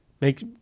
Make